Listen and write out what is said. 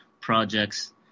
projects